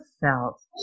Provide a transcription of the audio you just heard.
felt